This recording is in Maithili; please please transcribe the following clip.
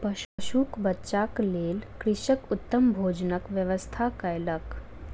पशुक बच्चाक लेल कृषक उत्तम भोजनक व्यवस्था कयलक